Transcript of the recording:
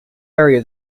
area